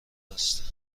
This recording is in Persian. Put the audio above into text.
است